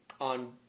on